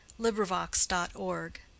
LibriVox.org